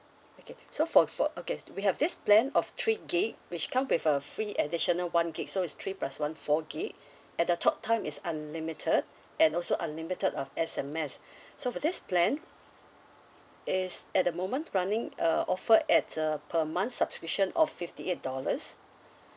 okay so for for okay we have this plan of three gig which come with a free additional one gig so it's three plus one four gig and the talk time is unlimited and also unlimited of S_M_S so for this plan it's at the moment running err offered at uh per month subscription of fifty eight dollars